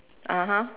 (uh huh)